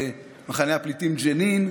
במחנה הפליטים ג'נין,